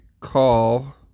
call